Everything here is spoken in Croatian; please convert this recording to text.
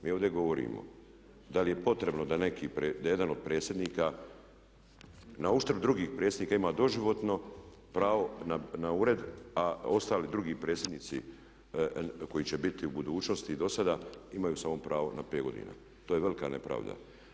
Mi ovdje govorimo da li je potrebno da jedan od predsjednika na uštrb drugih predsjednika ima doživotno pravo na ured a ostali drugi predsjednici koji će biti u budućnosti i do sada imaju samo pravo na 5 godina, to je velika nepravda.